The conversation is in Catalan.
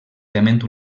tement